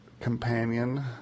companion